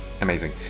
Amazing